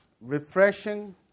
refreshing